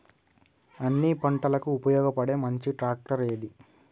అన్ని పంటలకు ఉపయోగపడే మంచి ట్రాక్టర్ ఏది?